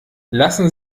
lassen